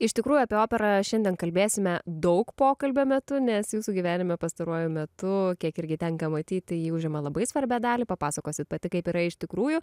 iš tikrųjų apie operą šiandien kalbėsime daug pokalbio metu nes jūsų gyvenime pastaruoju metu kiek irgi tenka matyti ji užima labai svarbią dalį papasakosit pati kaip yra iš tikrųjų